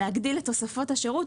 להגדיל את תוספות השירות,